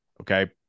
okay